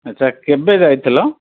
ଆଚ୍ଛା କେବେ ଯାଇଥିଲ